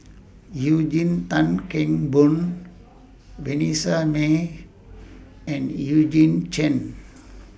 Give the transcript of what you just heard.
Eugene Tan Kheng Boon Vanessa Mae and Eugene Chen